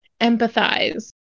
empathize